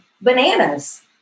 bananas